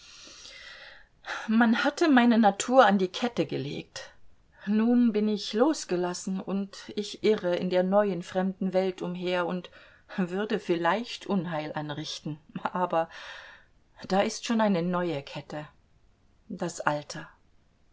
man hatte meine natur an die kette gelegt nun bin ich losgelassen und ich irre in der neuen fremden welt umher und würde vielleicht unheil anrichten aber da ist schon eine neue kette das alter